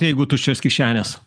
jeigu tuščios kišenės